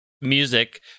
music